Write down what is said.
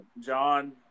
John